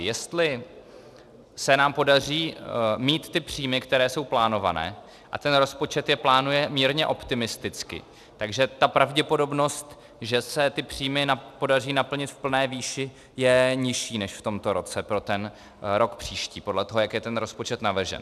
Jestli se nám podaří mít ty příjmy, které jsou plánované, a ten rozpočet je plánuje mírně optimisticky, tak pravděpodobnost, že se ty příjmy podaří naplnit v plné výši, je nižší než v tomto roce pro ten rok příští podle toho, jak je ten rozpočet navržen.